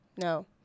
No